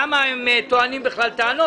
למה הם טוענים טענות.